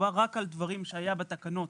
מדובר רק על דברים שהיה בתקנות